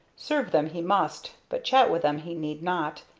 serve them he must, but chat with them he need not.